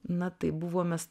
na tai buvom mes